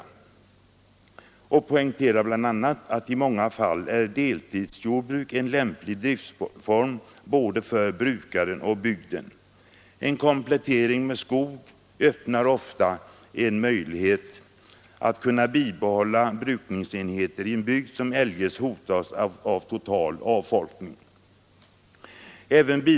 I motionen poängteras att deltidsjordbruket i många fall är en lämplig driftsform både för brukaren och bygden. En komplettering med skog öppnar ofta en möjlighet att bibehålla brukningsenheter i en bygd som eljest hotas av total avfolkning.